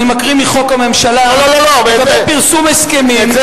אני מקריא מחוק הממשלה לגבי פרסום הסכמים.